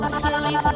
slowly